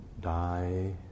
die